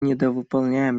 недовыполняем